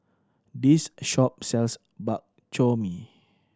this shop sells Bak Chor Mee